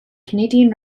canadian